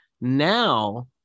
Now